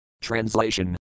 Translation